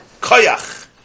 koyach